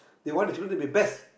they want their children to be best